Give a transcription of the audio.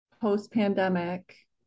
post-pandemic